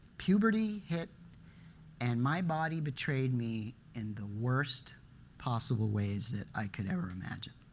puberty hit and my body betrayed me in the worst possible ways that i could ever imagine.